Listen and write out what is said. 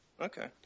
Okay